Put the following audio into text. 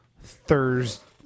Thursday